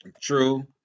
True